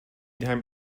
دهم